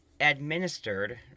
administered